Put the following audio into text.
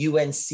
UNC